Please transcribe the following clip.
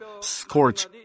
scorch